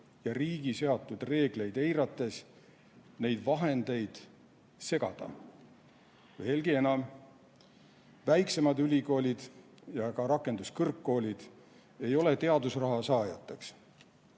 ja riigi seatud reegleid eirates neid vahendeid segada. Veelgi enam. Väiksemad ülikoolid ja ka rakenduskõrgkoolid ei ole teadusraha saajad.